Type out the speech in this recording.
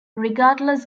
regardless